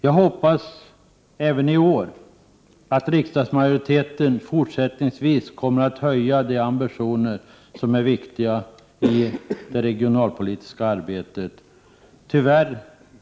Jag hoppas även i år att riksdagsmajoriteten på viktiga punkter kommer att höja ambitionerna i det regionalpolitiska arbetet.